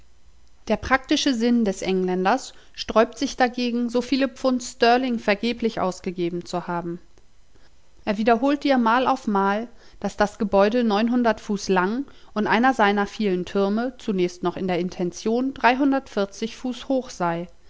der praktische sinn des engländers sträubt sich dagegen so viele pfund sterling vergeblich ausgegeben zu haben er wiederholt dir mal auf mal daß das gebäude fuß lang und einer seiner vielen türme zunächst noch in der intention fuß hoch sei